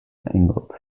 angles